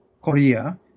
Korea